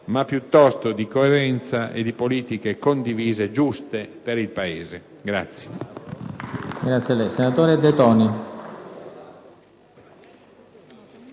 ma piuttosto di coerenza e di politiche condivise e giuste per il Paese.